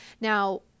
Now